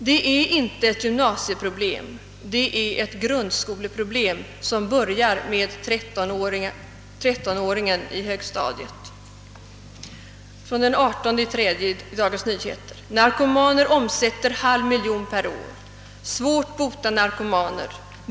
Det är inte ett gymnasieproblem, det är ett grundskoleproblem som börjar med trettonåringen i högstadiet.» Jag citerar ur Dagens Nyheter för den 18 mars: »Narkomaner omsätter en halv miljon per år.» »Svårt bota narkomaner.